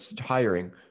hiring